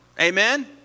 Amen